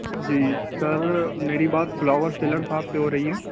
جی sir میری بات flower seller صاحب سے ہو رہی ہے